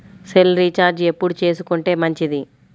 Cell recharge ఎప్పుడు చేసుకొంటే మంచిది?